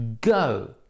go